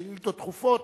ששאילתות דחופות,